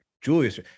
Julius